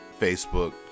Facebook